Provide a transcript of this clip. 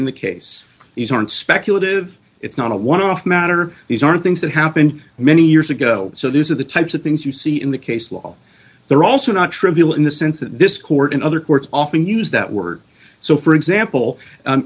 in the case these aren't speculative it's not a one off matter these are things that happened many years ago so those are the types of things you see in the case law they're also not trivial in the sense that this court and other courts often use that word so for example